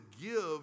give